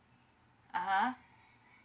uh !huh!